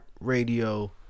Radio